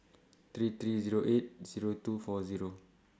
three three Zero eight Zero two four Zero